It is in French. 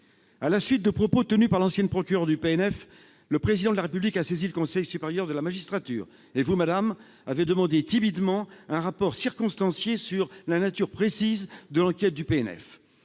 À la suite de propos tenus par l'ancienne procureure du PNF, le Président de la République a saisi le Conseil supérieur de la magistrature et vous, madame la garde des sceaux, avez demandé timidement un rapport circonstancié sur la nature précise de l'enquête qui